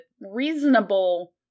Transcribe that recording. reasonable